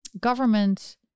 government